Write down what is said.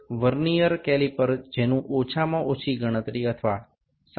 vernier caliper જેનું ઓછામાં ઓછી ગણતરી અથવા સંવેદનશીલતા 0